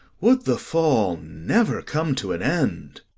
would the fall never come to an end!